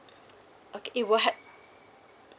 okay it will had